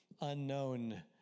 unknown